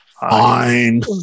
Fine